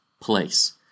place